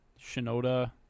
Shinoda